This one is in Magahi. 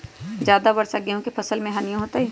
ज्यादा वर्षा गेंहू के फसल मे हानियों होतेई?